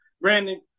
Brandon